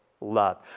love